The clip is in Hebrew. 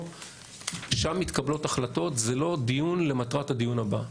שם מתקבלות החלטות, זה לא דיון למטרת הדיון הבא.